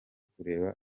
kureba